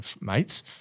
mates